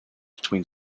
between